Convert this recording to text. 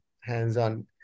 hands-on